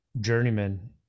journeyman